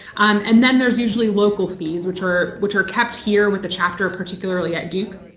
and then there's usually local fees, which are which are kept here with the chapter particularly at duke.